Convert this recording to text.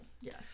yes